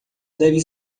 deve